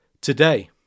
today